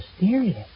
mysterious